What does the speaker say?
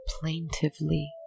plaintively